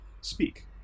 speak